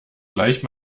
gleich